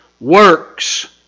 works